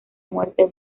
muerte